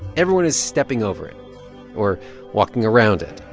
everyone is stepping over it or walking around it.